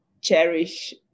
cherish